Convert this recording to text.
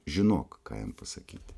žinok ką jam pasakyti